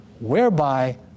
whereby